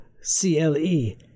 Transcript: C-L-E